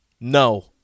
No